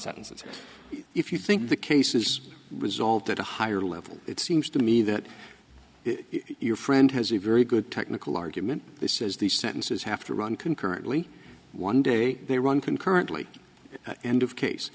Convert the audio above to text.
sentences if you think the case is resolved at a higher level it seems to me that your friend has a very good technical argument this is these sentences have to run concurrently one day they run concurrently end of case